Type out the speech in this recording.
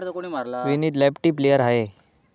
या आठवड्याक उसाचो रेट किती वाढतलो?